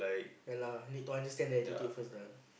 ya lah need to understand the attitude first lah